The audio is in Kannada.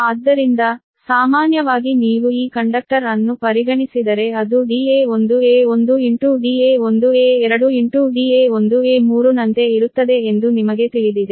ಆದ್ದರಿಂದ ಸಾಮಾನ್ಯವಾಗಿ ನೀವು ಈ ಕಂಡಕ್ಟರ್ ಅನ್ನು ಪರಿಗಣಿಸಿದರೆ ಅದು da1a1 da1a2 da1a3 ನಂತೆ ಇರುತ್ತದೆ ಎಂದು ನಿಮಗೆ ತಿಳಿದಿದೆ